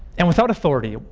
and without authority,